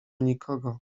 nikogo